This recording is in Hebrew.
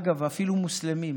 אגב, אפילו מוסלמים,